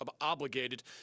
obligated